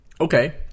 Okay